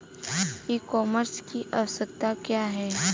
E commerce की आवशयक्ता क्या है?